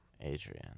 Adrian